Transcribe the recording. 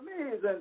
amazing